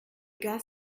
gars